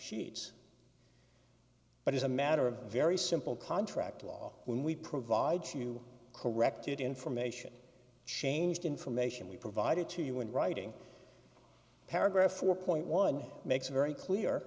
sheets but as a matter of very simple contract law when we provide you corrected information changed information we provided to you in writing paragraph four point one makes very clear